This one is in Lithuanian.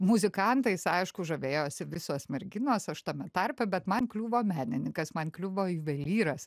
muzikantais aišku žavėjosi visos merginos aš tame tarpe bet man kliuvo menininkas man kliuvo juvelyras